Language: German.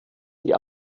die